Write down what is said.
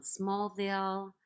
Smallville